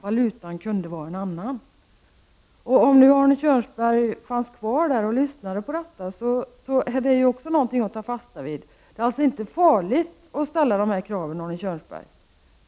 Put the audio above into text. Det kunde vara någon annan valuta. Om Arne Kjörnsberg lyssnade till detta, är det faktiskt någonting att ta fasta på. Det är alltså inte farligt att ställa dessa krav.